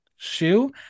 shoe